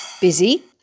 Busy